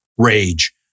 Rage